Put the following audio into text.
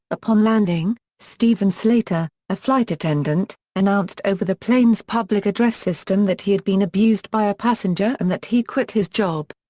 upon landing, steven slater, a flight attendant, announced over the plane's public address system that he had been abused by a passenger and that he quit his job.